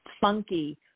Funky